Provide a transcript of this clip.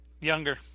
Younger